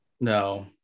No